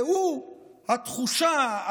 והוא התחושה,